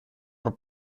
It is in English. were